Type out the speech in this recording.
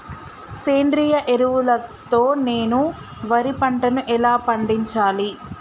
సేంద్రీయ ఎరువుల తో నేను వరి పంటను ఎలా పండించాలి?